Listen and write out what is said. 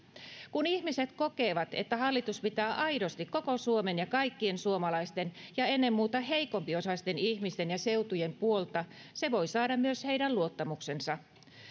kun ihmiset kokevat että hallitus pitää aidosti koko suomen ja kaikkien suomalaisten ja ennen muuta heikompiosaisten ihmisten ja seutujen puolta se voi saada myös heidän luottamuksensa